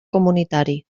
comunitari